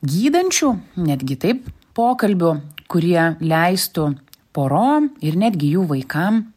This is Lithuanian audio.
gydančių netgi taip pokalbių kurie leistų porom ir netgi jų vaikam